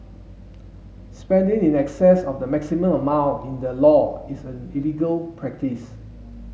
spending in excess of the maximum amount in the law is an illegal practice